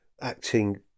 acting